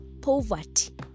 Poverty